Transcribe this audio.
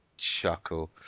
chuckle